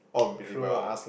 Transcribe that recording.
true lah